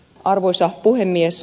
arvoisa puhemies